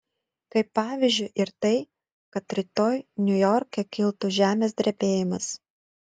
kaip pavyzdžiui ir tai kad rytoj niujorke kiltų žemės drebėjimas